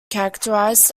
characterised